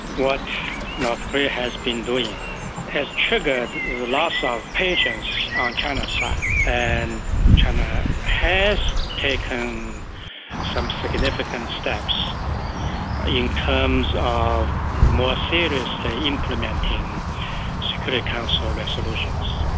what north korea has been doing has triggered the loss of patience on china's kind of side, and china has taken some significant steps in terms of more seriously implementing security council resolutions.